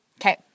Okay